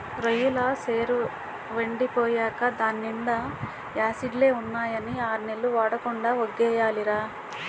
రొయ్యెల సెరువెండి పోయేకా దాన్నీండా యాసిడ్లే ఉన్నాయని ఆర్నెల్లు వాడకుండా వొగ్గియాలిరా